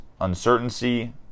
uncertainty